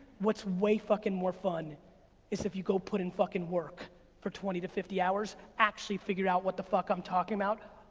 what's way fucking more fun is if you go put in fucking work for twenty to fifty hours, actually figure out what the fuck i'm talking about.